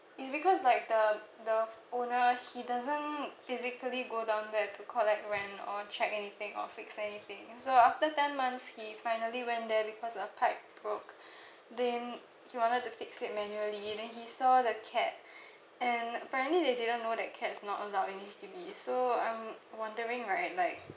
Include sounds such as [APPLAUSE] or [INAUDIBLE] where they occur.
it's because like the the owner he doesn't physically go down there to collect rent or check anything or fix anything so after ten months he finally went there because a pipe broke [BREATH] then he wanted to fix it manually then he saw the cat [BREATH] and apparently they didn't know that cats not allowed in H_D_B so I'm wondering right like